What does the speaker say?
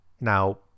Now